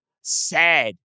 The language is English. sad